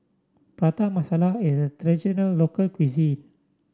Prata Masala is a traditional local cuisine